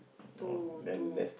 to to